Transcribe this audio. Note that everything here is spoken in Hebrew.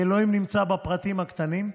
כי אלוהים נמצא בפרטים הקטנים,